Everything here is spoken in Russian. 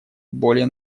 более